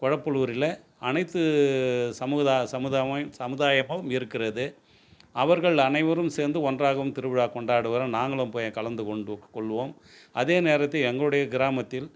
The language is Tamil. கொளப்பலூரில அணைத்து சமூகதா சமுதா சமுதாயமும் இருக்குறது அவர்கள் அனைவரும் சேர்ந்து ஒன்றாகவும் திருவிழா கொண்டாடுகிறோம் நாங்களும் போய் கலந்து கொண்டு கொள்வோம் அதே நேரத்தில் எங்களுடைய கிராமத்தில்